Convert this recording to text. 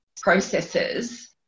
processes